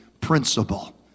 principle